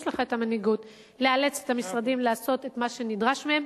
יש לך המנהיגות לאלץ את המשרדים לעשות את מה שנדרש מהם,